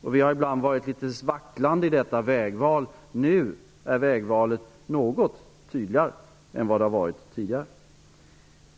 Vi har ibland varit litet vacklande i detta vägval. Nu är vägvalet något tydligare än det har varit tidigare.